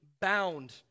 bound